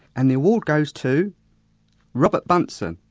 and the award goes to robert bunsen.